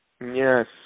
Yes